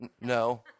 No